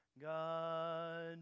God